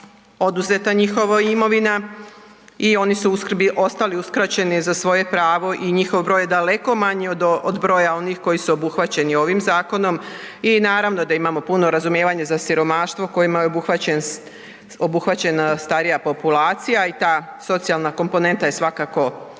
oduzeta njihova imovina i oni su ostali uskraćeni za svoje pravo i njihov broj je daleko manji od broja onih koji su obuhvaćeni ovim zakonom. Naravno da imamo puno razumijevanja za siromaštvo kojima je obuhvaćena starija populacija i ta socijalna komponenta je svakako